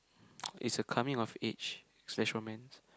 it's a coming of age slash romance